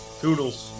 Toodles